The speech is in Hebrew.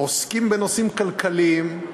עוסקים בנושאים כלכליים,